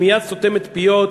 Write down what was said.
היא מייד סותמת פיות,